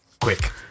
quick